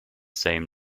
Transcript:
same